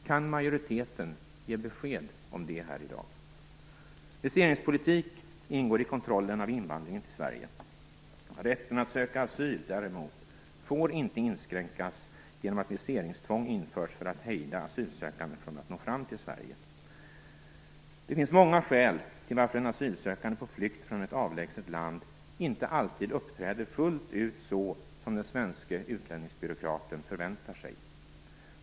Kan majoriteten ge besked om det här i dag? Viseringspolitik ingår i kontrollen av invandringen till Sverige. Rätten att söka asyl däremot får inte inskränkas genom att viseringstvång införs för att hejda asylsökande från att nå fram till Sverige. Det finns många skäl till att en asylsökande på flykt från ett avlägset land inte alltid fullt ut uppträder så som den svenske utlänningsbyråkraten förväntar sig.